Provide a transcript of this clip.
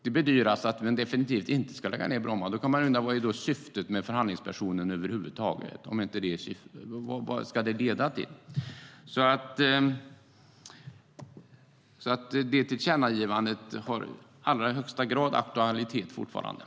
Det bedyras att Bromma definitivt inte ska läggas ned. Då undrar jag vad syftet med förhandlingspersonen är över huvud taget. Vad ska det leda till?